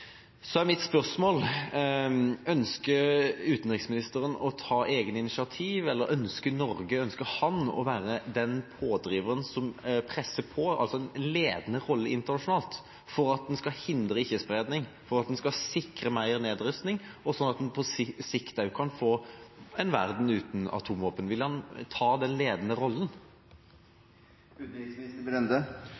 Så er mitt spørsmål: Ønsker utenriksministeren å ta egne initiativ, eller ønsker han å være den pådriveren som presser på – altså å spille en ledende rolle internasjonalt for å fremme ikke-spredning, for å sikre mer nedrustning, og sånn at en på sikt også kan få en verden uten atomvåpen? Vil han ta den ledende rollen?